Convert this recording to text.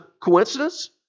coincidence